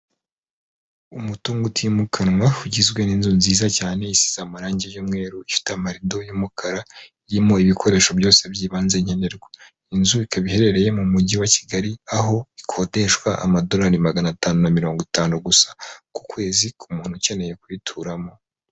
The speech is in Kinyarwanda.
Umutungo utimukanwa ugizwe n'inzu nziza cyane isize amarange y'umweru, ifite amarido y'umukara, irimo ibikoresho byose by'ibanze nkenerwa. Inzu ikaba iherereye mu Mujyi wa Kigali, aho ikodeshwa amadolari magana atanu na mirongo itanu gusa ku kwezi ku muntu ukeneye kuyituramo.